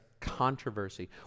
controversy